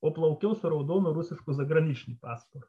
o plaukiau su raudonu rusišku zagraničnyj pasport